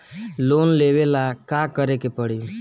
Loan लेवे ला का करे के पड़ी?